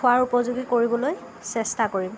খোৱাৰ উপযোগী কৰিবলৈ চেষ্টা কৰিম